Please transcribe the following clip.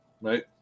right